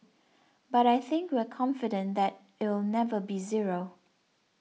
but I think we're confident that it'll never be zero